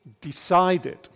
decided